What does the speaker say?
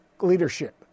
leadership